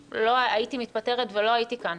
הייתי מתפטרת ולא הייתי כאן.